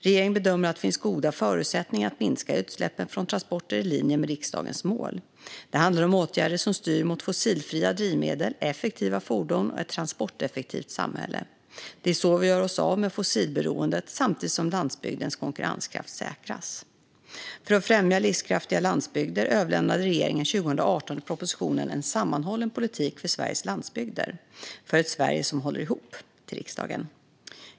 Regeringen bedömer att det finns goda förutsättningar att minska utsläppen från transporter i linje med riksdagens mål. Det handlar om åtgärder som styr mot fossilfria drivmedel, effektiva fordon och ett transporteffektivt samhälle. Det är så vi gör oss av med fossilberoendet samtidigt som landsbygdens konkurrenskraft säkras. För att främja livskraftiga landsbygder överlämnade regeringen 2018 propositionen En sammanhållen politik för Sveriges landsbygder - för ett Sverige som håller ihop till riksdagen.